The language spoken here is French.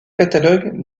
catalogue